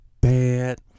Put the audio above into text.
bad